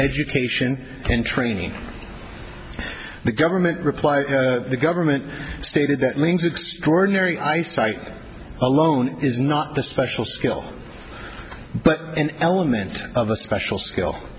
education in training the government reply the government stated that means extraordinary eyesight alone is not the special skill but an element of a special skill